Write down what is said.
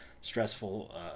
stressful